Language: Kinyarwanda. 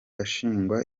ashingwa